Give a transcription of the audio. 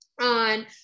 on